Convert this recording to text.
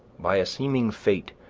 by a seeming fate,